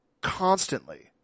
constantly